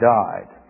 died